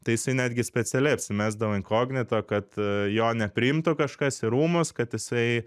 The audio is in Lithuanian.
tai jisai netgi specialiai apsimesdavo inkognito kad jo nepriimtų kažkas į rūmus kad jisai